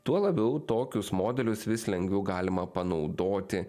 tuo labiau tokius modelius vis lengviau galima panaudoti